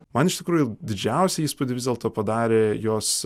man iš tikrųjų didžiausią įspūdį vis dėlto padarė jos